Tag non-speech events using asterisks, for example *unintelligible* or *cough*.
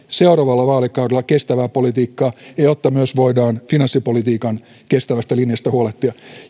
*unintelligible* seuraavalla vaalikaudella kestävää politiikkaa ja jotta myös voidaan finanssipolitiikan kestävästä linjasta huolehtia